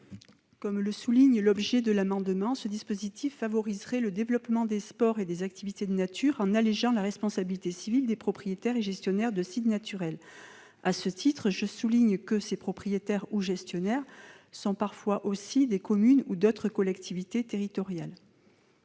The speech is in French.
Comme le souligne l'objet de l'amendement, le dispositif proposé favoriserait le développement des sports et des activités de nature en allégeant la responsabilité civile des propriétaires et gestionnaires de sites naturels. À ce titre, je tiens à souligner que ces propriétaires ou gestionnaires sont parfois des communes, ou d'autres collectivités territoriales.